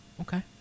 Okay